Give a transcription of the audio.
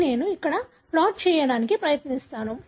ఇది నేను అక్కడ ప్లాట్ చేయడానికి ప్రయత్నిస్తాను